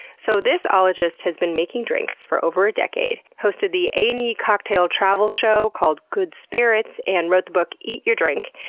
so, this ologist has been making drinks for over a decade, hosted the a and e cocktail travel show called good spirits, and wrote the book eat your drink.